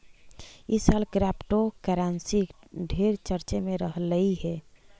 ई साल क्रिप्टोकरेंसी ढेर चर्चे में रहलई हे